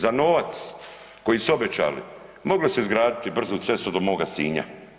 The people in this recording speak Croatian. Za novac koji su obećali moglo se izgraditi brzu cestu do moga Sinja.